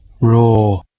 Raw